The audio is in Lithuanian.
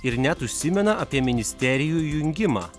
ir net užsimena apie ministerijų jungimą